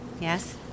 yes